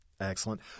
Excellent